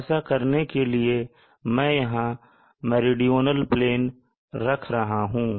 ऐसा करने के लिए मैं यहां मेरीडोनल प्लेन रख रहा हूं